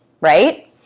Right